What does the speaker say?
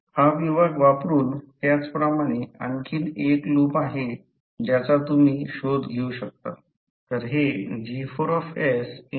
हा विभाग वापरुन त्याचप्रमाणे आणखी एक लूप आहे ज्याचा तुम्ही शोध घेऊ शकता